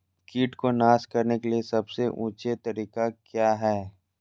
किट को नास करने के लिए सबसे ऊंचे तरीका काया है?